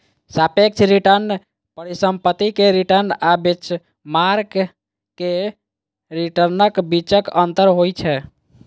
सापेक्ष रिटर्न परिसंपत्ति के रिटर्न आ बेंचमार्क के रिटर्नक बीचक अंतर होइ छै